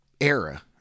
era